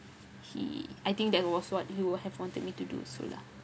he I think that was what he would have wanted me to do also lah